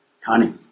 Connie